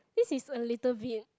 this is a little bit